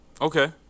Okay